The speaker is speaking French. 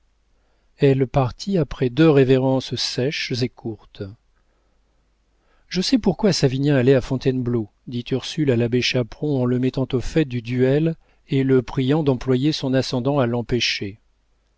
elle partit après deux révérences sèches et courtes je sais pourquoi savinien allait à fontainebleau dit ursule à l'abbé chaperon en le mettant au fait du duel et le priant d'employer son ascendant à l'empêcher